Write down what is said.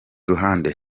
ruhande